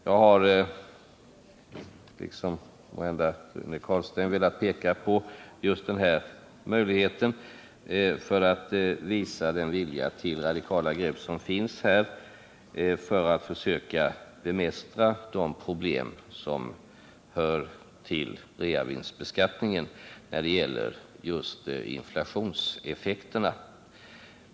Jag har, liksom måhända Rune Carlstein, velat peka på just den här möjligheten för att visa den vilja till radikala grepp som finns här för att försöka bemästra de problem som hör till reavinstbeskattningen när det gäller just inflationseffekterna.